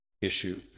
issue